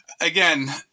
Again